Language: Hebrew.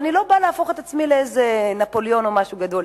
ואני לא באה להפוך את עצמי לאיזה נפוליאון או משהו גדול.